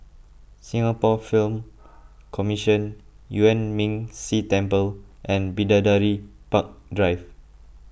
Singapore Film Commission Yuan Ming Si Temple and Bidadari Park Drive